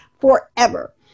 forever